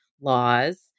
laws